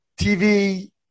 TV